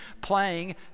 playing